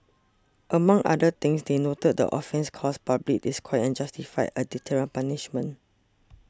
among other things they noted the offence caused public disquiet and justified a deterrent punishment